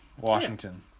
Washington